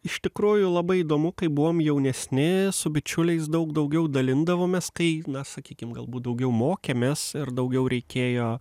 iš tikrųjų labai įdomu kai buvom jaunesni su bičiuliais daug daugiau dalindavomės kai na sakykim galbūt daugiau mokėmės ir daugiau reikėjo